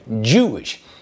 Jewish